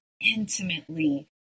intimately